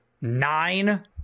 nine